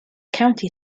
county